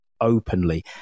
Openly